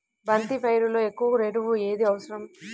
బంతి పైరులో ఎక్కువ ఎరువు ఏది అవసరం?